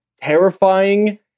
terrifying